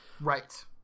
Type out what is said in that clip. Right